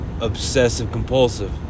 obsessive-compulsive